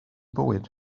bwyd